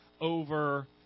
over